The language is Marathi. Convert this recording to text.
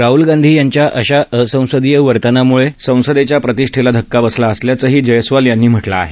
राहल गांधींनी अशा असंसदीय वर्तनामुळे दाखवलेलं संसदेच्या प्रतिष्ठेला धक्का बसला असल्याचंही जयस्वाल यांनी म्हटलं आहे